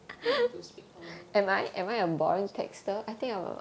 I think you need to speak louder